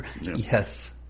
Yes